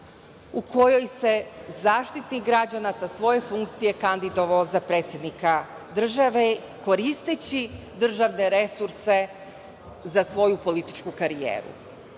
u kojoj se Zaštitnik građana sa svoje funkcije kandidovao za predsednika države, koristeći državne resurse za svoju političku karijeru. Zakon